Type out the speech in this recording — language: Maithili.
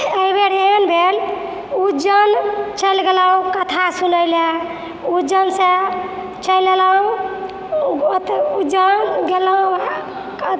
एहिबेर एहन भेल उज्जैन चलि गेलहुॅं कथा सुनै लए उज्जैन सँ चली अयलहुॅं ओतए उज्जैन गेलहुॅं